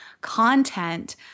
content